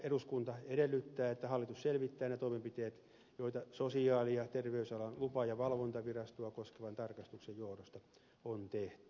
eduskunta edellyttää että hallitus selvittää ne toimenpiteet joita sosiaali ja ter veysalan lupa ja valvontavirastoa koskevan tarkastuksen johdosta on tehty